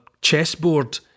chessboard